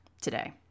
today